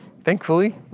Thankfully